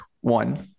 one